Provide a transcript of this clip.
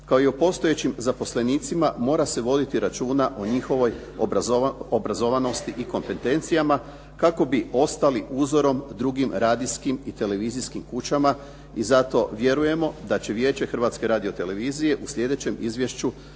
kao i o postojećim zaposlenicima, mora se voditi računa o njihovoj obrazovanosti i kompetencijama kako bi ostali uzorom drugim radijskim i televizijskim kućama i zato vjerujemo da će Vijeće Hrvatske radiotelevizije u sljedećem izvješću